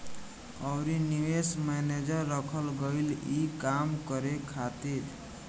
अउरी निवेश मैनेजर रखल गईल ई काम करे खातिर